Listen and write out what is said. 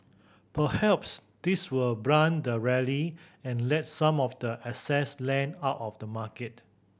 perhaps this will blunt the rally and let some of the excess length out of the market